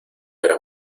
era